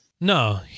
No